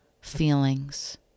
feelings